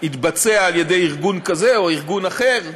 שהתבצע על-ידי ארגון כזה או ארגון אחר,